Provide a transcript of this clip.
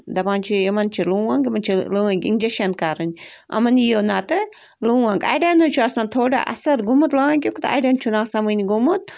دَپان چھِ یِمَن چھِ لونٛگ یِمَن چھِ لٲنٛگۍ اِنجَشَن کَرٕنۍ یِمَن یِیو نَتہٕ لونٛگ اَڑٮ۪ن حظ چھِ آسان تھوڑا اَثر گوٚمُت لانٛگیُک تہٕ اَڑٮ۪ن چھُنہٕ آسان وٕنہِ گوٚمُت